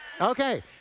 Okay